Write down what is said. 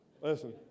Listen